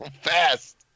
fast